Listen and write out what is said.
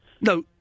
No